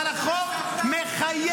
אבל החוק מחייב.